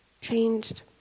changed